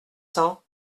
cents